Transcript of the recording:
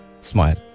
smile